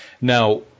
Now